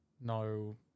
No